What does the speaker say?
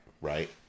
Right